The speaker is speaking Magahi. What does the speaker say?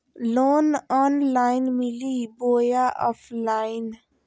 लोन ऑनलाइन मिली बोया ऑफलाइन?